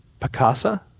Picasa